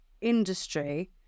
industry